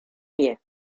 pie